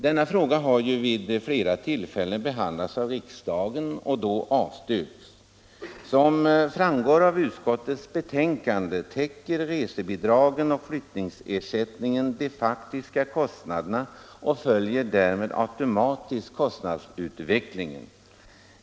Samma förslag har vid flera tillfällen behandlats av riksdagen och då avslagits. Som framgår av utskottets betänkande täcker resebidragen och flyttningsersättningen de faktiska kostnaderna och följer därmed automatiskt kostnadsutvecklingen.